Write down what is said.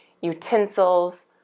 utensils